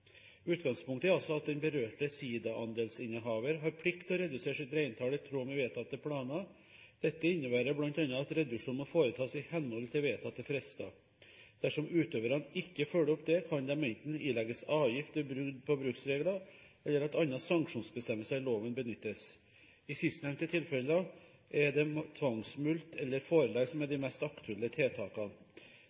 Utgangspunktet er altså at den berørte sidaandelsinnehaver har plikt til å redusere sitt reintall i tråd med vedtatte planer. Dette innebærer bl.a. at reduksjonen må foretas i henhold til vedtatte frister. Dersom utøverne ikke følger opp dette, kan de enten ilegges avgift ved brudd på bruksregler, eller andre sanksjonsbestemmelser i loven kan benyttes. I sistnevnte tilfeller er det tvangsmulkt og forelegg som er de mest aktuelle tiltakene.